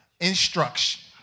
instruction